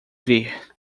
vir